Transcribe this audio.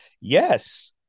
Yes